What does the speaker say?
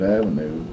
Avenue